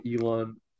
Elon